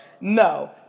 No